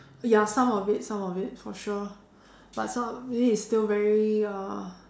ya some of it some of it for sure but some of it is still very uh